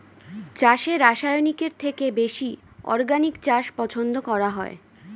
চাষে রাসায়নিকের থেকে বেশি অর্গানিক চাষ পছন্দ করা হয়